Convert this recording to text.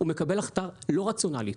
הוא מקבל החלטה לא רציונלית,